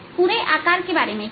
पूरे आकार के बारे में क्या